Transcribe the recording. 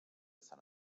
sant